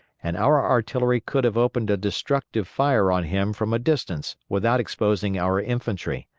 and our artillery could have opened a destructive fire on him from a distance without exposing our infantry.